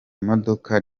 modoka